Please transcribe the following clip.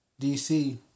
DC